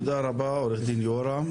תודה רבה, עו"ד יורם.